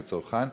כצרכן,